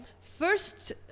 first